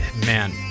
man